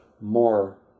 more